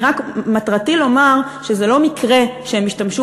מטרתי לומר שזה לא מקרה שהם השתמשו